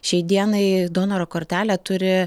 šiai dienai donoro kortelę turi